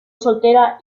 soltera